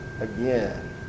again